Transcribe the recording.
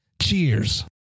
Cheers